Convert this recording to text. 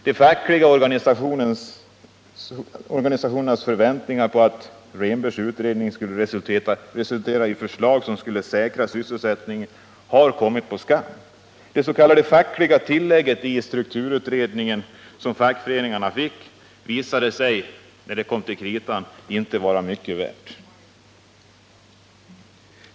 De fackliga organisationernas förväntningar på att Rehnbergs utredning skulle resultera i förslag som skulle säkra sysselsättningen har kommit på skam. en, visade sig när det kom till kritan inte vara mycket värt.